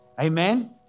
Amen